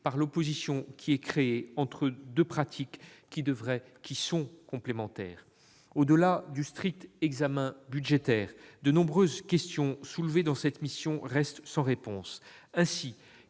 par l'opposition créée entre deux pratiques qui sont pourtant complémentaires. Au-delà du strict examen budgétaire, de nombreuses questions soulevées dans le cadre de cette mission restent sans réponse. Ainsi,